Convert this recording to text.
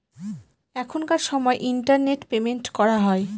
এখনকার সময় internet payment করা হয়